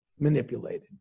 manipulated